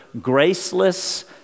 graceless